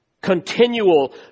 continual